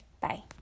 Bye